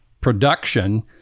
production